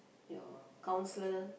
your counsellor